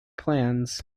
plans